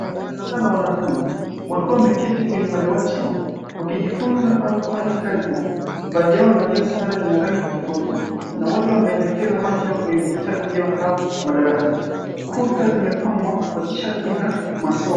Darasa la wanafuzi wakiwa wameketi kwenye madawati yao wakijifuza au kufanya kazi zao. Baadhi yao wamevalia sare zenye rangi tofauti na wote wameelekeza macho kwenye vitabu vyao au madarasa. Kuta zimepambwa kwa chati za masomo.